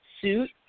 suit